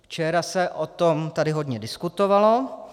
Včera se o tom tady hodně diskutovalo.